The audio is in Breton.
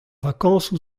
vakañsoù